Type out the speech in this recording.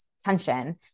tension